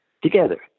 Together